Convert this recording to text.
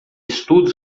estudos